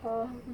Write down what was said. !huh!